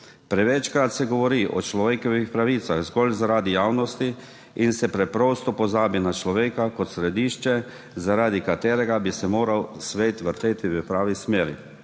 Prevečkrat se govori o človekovih pravicah zgolj zaradi javnosti in se preprosto pozabi na človeka kot središča, zaradi katerega bi se moral svet vrteti v pravo smer.